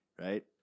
right